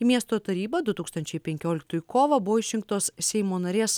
į miesto tarybą du tūkstančiai penkioliktųjų kovą buvo išrinktos seimo narės